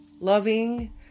Loving